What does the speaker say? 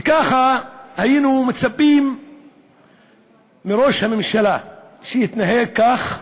וגם היינו מצפים מראש הממשלה שיתנהג כך.